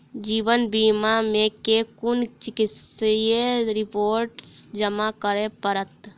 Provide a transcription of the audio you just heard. जीवन बीमा मे केँ कुन चिकित्सीय रिपोर्टस जमा करै पड़त?